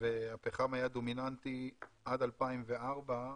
הפחם היה דומיננטי עד 2004,